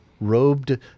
robed